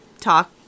talk